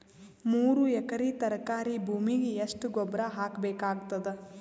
ಮೂರು ಎಕರಿ ತರಕಾರಿ ಭೂಮಿಗ ಎಷ್ಟ ಗೊಬ್ಬರ ಹಾಕ್ ಬೇಕಾಗತದ?